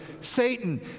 Satan